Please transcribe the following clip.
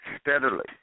steadily